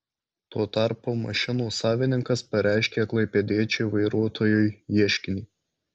tuo tarpu mašinų savininkas pareiškė klaipėdiečiui vairuotojui ieškinį